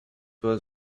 was